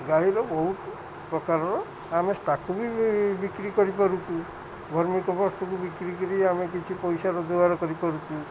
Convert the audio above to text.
ଗାଈର ବହୁତ ପ୍ରକାରର ଆମେ ତାକୁ ବି ବିକ୍ରି କରିପାରୁଛୁ ଧାର୍ମିକ ବସ୍ତୁକୁ ବିକ୍ରି କରି ଆମେ କିଛି ପଇସା ରୋଜଗାର କରିପାରୁଛୁ